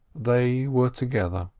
they were together.